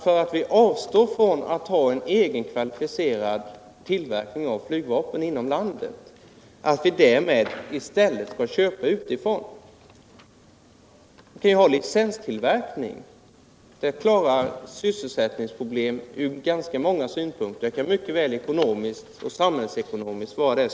För att vi avsiår från att ha en egen kvalificerad flygvapentillverkning inom landet, är det inte självklart att vi i stället skall köpa utifrån. Licenstillverkning klarar sysselsättningsproblem från ganska många synpunkter. Det kan mycket väl vara det vettigaste från samhällsekonomisk synpunkt.